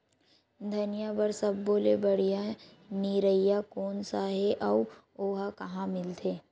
धनिया बर सब्बो ले बढ़िया निरैया कोन सा हे आऊ ओहा कहां मिलथे?